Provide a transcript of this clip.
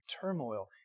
turmoil